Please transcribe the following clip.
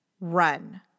Run